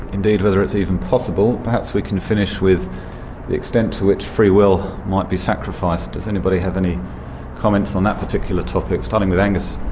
indeed, whether it's even possible, perhaps we can finish with the extent to which free will might be sacrificed. does anybody have any comments on that particular topic, starting with angus?